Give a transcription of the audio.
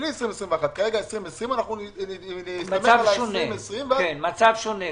בלי תקציב 2021 --- אז המצב שונה.